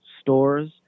stores